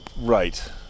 Right